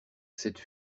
cette